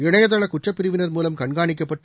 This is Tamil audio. இணையதள குற்றப்பிரிவினர் மூலம் கண்காணிக்கப்பட்டு